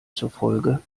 zufolge